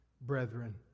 brethren